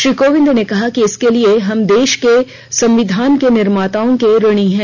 श्री कोविंद ने कहा कि इसके लिए हम देश के संविधान के निर्माताओं के ऋणी हैं